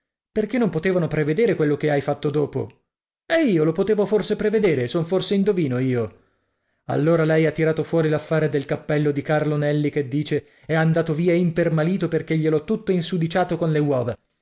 perché non potevano prevedere quello che hai fatto dopo e io lo potevo forse prevedere sono forse indovino io allora lei ha tirato fuori l'affare del cappello di carlo nelli che dice è andato via impermalito perché gliel'ho tutto insudiciato con le uova